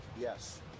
Yes